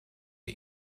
wir